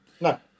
No